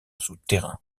souterrain